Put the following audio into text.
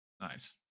nice